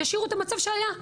ישאירו את המצב שהיה.